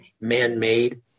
man-made